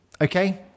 okay